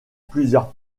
plusieurs